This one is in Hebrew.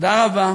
תודה רבה.